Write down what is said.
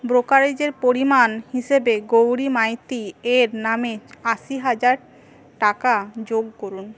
ব্রোকারেজের পরিমাণ হিসেবে গৌরী মাইতির নামে আশি হাজার টাকা যোগ করুন